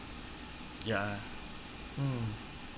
ya mm